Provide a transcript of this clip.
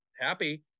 happy